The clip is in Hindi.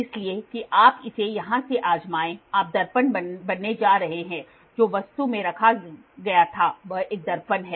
इसलिए कि आप इसे यहां से आजमाएं आप दर्पण बनने जा रहे हैं जो वस्तु में रखा गया था वह एक दर्पण है